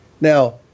now